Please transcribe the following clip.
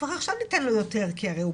כבר עכשיו ניתן לו יותר כי הוא,